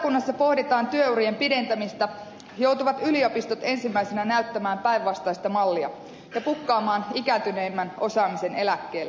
kun valtakunnassa pohditaan työurien pidentämistä joutuvat yliopistot ensimmäisinä näyttämään päinvastaista mallia ja pukkaamaan ikääntyneimmän osaamisen eläkkeelle